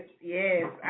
yes